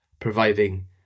providing